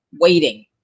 waiting